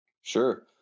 Sure